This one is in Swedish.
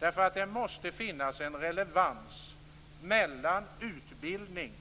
Det måste finnas en relevans mellan utbildning,